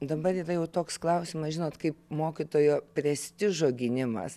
dabar yra jau toks klausimas žinot kaip mokytojo prestižo gynimas